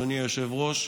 אדוני היושב-ראש,